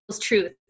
truth